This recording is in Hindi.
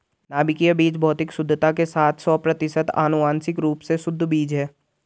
नाभिकीय बीज भौतिक शुद्धता के साथ सौ प्रतिशत आनुवंशिक रूप से शुद्ध बीज है